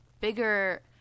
bigger